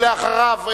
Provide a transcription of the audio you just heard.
אחריו,